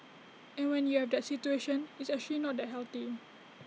and when you have that situation it's actually not that healthy